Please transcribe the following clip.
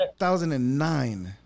2009